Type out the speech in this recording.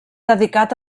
dedicat